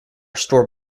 stored